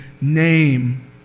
name